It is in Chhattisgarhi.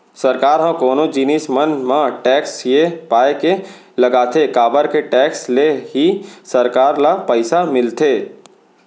सरकार ह कोनो जिनिस मन म टेक्स ये पाय के लगाथे काबर के टेक्स ले ही सरकार ल पइसा मिलथे